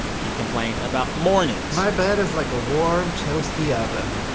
he complained about mornings my bed is like a warm, toasty oven,